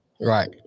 right